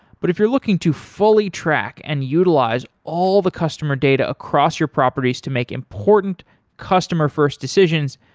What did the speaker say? but if you're looking to fully track and utilize all the customer data across your properties to make important customer-first decisions,